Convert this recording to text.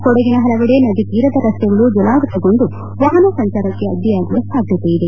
ಕೊಡಗಿನ ಹಲವೆಡೆ ನದಿತೀರದ ರಸ್ತೆಗಳು ಜಲಾವೃತಗೊಂಡು ವಾಹನ ಸಂಚಾರಕ್ಕೆ ಅಡ್ಡಿಯಾಗುವ ಸಾಧ್ಯತೆ ಇದೆ